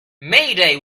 mayday